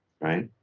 right